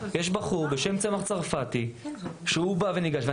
יש בחור בשם צמח צרפתי שהוא בא וניגש.